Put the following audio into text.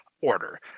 order